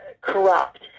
corrupt